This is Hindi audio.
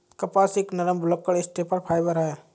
कपास एक नरम, भुलक्कड़ स्टेपल फाइबर है